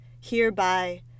hereby